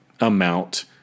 amount